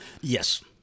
Yes